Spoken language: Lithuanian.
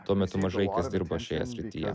tuo metu mažai kas dirbo šioje srityje